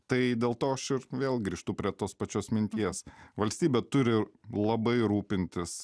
tai dėl to aš ir vėl grįžtu prie tos pačios minties valstybė turi labai rūpintis